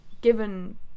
given